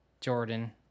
Jordan